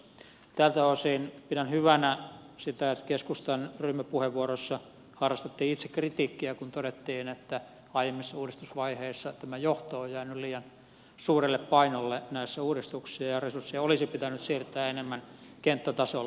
tältä osin pidän hyvänä sitä että keskustan ryhmäpuheenvuorossa harrastettiin itsekritiikkiä kun todettiin että aiemmissa uudistusvaiheissa tämä johto on jäänyt liian suurelle painolle näissä uudistuksissa ja resursseja olisi pitänyt siirtää enemmän kenttätasolle